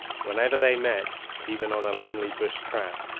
whenever they met, even on a lonely bush track,